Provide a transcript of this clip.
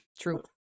True